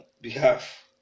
behalf